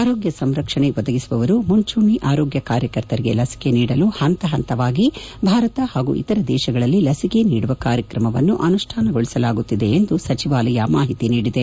ಆರೋಗ್ಲ ಸಂರಕ್ಷಣೆ ಒದಗಿಸುವವರು ಮುಂಚೂಣಿ ಆರೋಗ್ಲ ಕಾರ್ಯಕರ್ತರಿಗೆ ಲಸಿಕೆ ನೀಡಲು ಹಂತ ಹಂತವಾಗಿ ಭಾರತ ಹಾಗೂ ಇತರ ದೇಶಗಳಲ್ಲಿ ಲಸಿಕೆ ನೀಡುವ ಕಾರ್ಯಕ್ರಮವನ್ನು ಅನುಷ್ಠಾನಗೊಳಿಸಲಾಗುತ್ತಿದೆ ಎಂದು ಸಚಿವಾಲಯ ಮಾಹಿತಿ ನೀಡಿದೆ